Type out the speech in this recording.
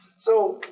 so,